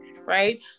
right